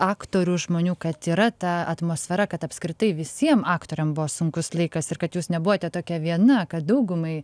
aktorių žmonių kad yra ta atmosfera kad apskritai visiem aktoriam buvo sunkus laikas ir kad jūs nebuvote tokia viena kad daugumai